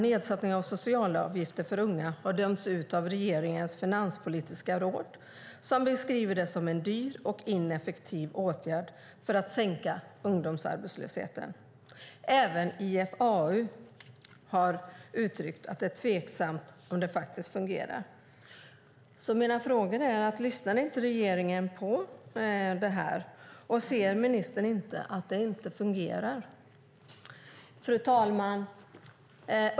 Nedsättningen av sociala avgifter för unga har dömts ut även av regeringens finanspolitiska råd, som beskriver det som en dyr och ineffektiv åtgärd för att sänka ungdomsarbetslösheten, och IFAU har uttryckt att det är tveksamt om det fungerar. Lyssnar inte regeringen på dem? Ser ministern inte att det inte fungerar? Fru talman!